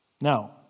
Now